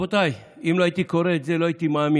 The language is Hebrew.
רבותיי, אם לא הייתי קורא את זה לא הייתי מאמין.